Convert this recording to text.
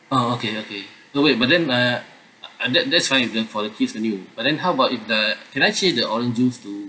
oh okay okay but wait but then uh uh that that's fine then for the kid's menu but how about if the can I change the orange juice to